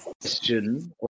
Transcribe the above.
question